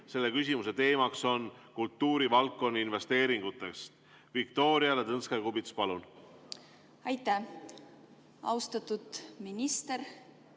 Terik. Küsimuse teemaks on kultuurivaldkonna investeeringud. Viktoria Ladõnskaja-Kubits, palun! Aitäh! Austatud minister!